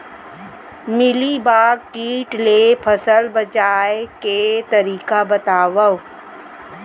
Mealybug किट ले फसल बचाए के तरीका बतावव?